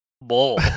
bull